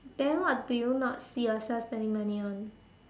then what do you not see yourself spending money on